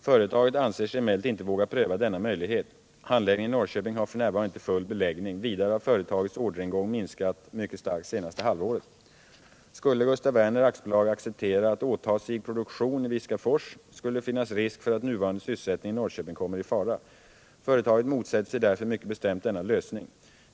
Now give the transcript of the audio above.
Företaget anser sig emellertid inte våga pröva denna möjlighet. Anläggningen i Norrköping har f.n. inte full beläggning. Vidare har företagets orderingång minskat mycket starkt senaste halvåret. Skulle Gustaf Werner AB acceptera att åta sig produktion i Viskafors, skulle det finnas risk för att nuvarande sysselsättning i Norrköping kommer i fara. Företaget motsätter sig därför mycket bestämt denna lösning.